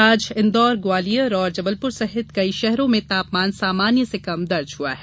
आज इंदौर ग्वालियर और जबलपुर सहित कई शहरों में तापमान सामान्य से कम दर्ज हुआ है